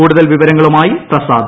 കൂടുതൽ വിവരങ്ങളുമായി പ്രസാദ്